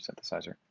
synthesizer